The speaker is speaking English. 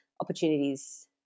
opportunities